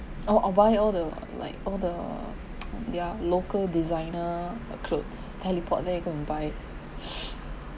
oh why all the like all the their local designer clothes teleport there go and buy